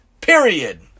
period